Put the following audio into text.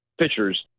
pitchers